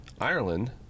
Ireland